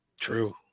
True